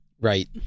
Right